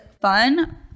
fun